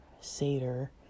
Seder